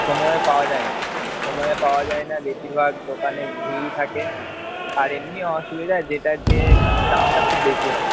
সময়ে পাওয়া যায় না সময়ে পাওয়া যায় না বেশিরভাগ দোকানে ভিড় থাকে আর এমনি অসুবিধা যেটার যে দামটা খুব বেশি হয়